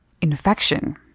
infection